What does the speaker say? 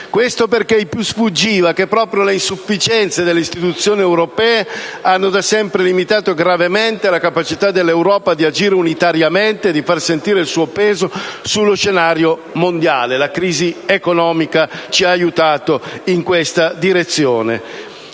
questo perché ai più sfuggiva che proprio le insufficienze delle istituzioni europee hanno da sempre limitato gravemente la capacità dell'Europa di agire unitariamente e di far sentire il suo peso sullo scenario mondiale. La crisi economica ci ha aiutato in questa direzione.